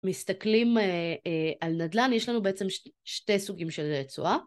מסתכלים על נדלן, יש לנו בעצם שתי סוגים של רצועה.